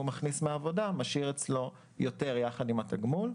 מכניס מעבודה משאיר אצלו יותר ביחד עם התגמול,